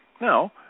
Now